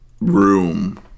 room